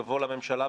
יבוא: "לממשלה,